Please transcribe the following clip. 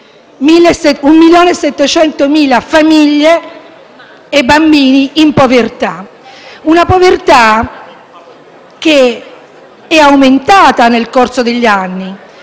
di famiglie e bambini in povertà; una povertà che è aumentata nel corso degli anni